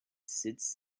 sits